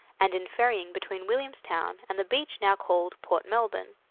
and in ferrying between williamstown and the beach now called port melbourne.